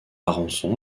rançon